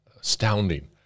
astounding